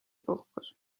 puhkus